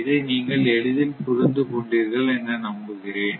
இதை நீங்கள் எளிதில் புரிந்து கொண்டீர்கள் என நம்புகிறேன்